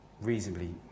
reasonably